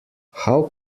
how